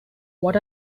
what